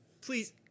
please